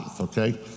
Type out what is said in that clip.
okay